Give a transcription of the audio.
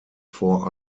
four